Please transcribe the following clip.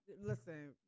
listen